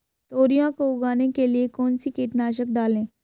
तोरियां को उगाने के लिये कौन सी कीटनाशक डालें?